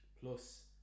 plus